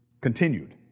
Continued